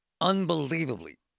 Unbelievably